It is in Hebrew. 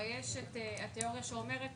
הרי יש את התיאוריה שאומרת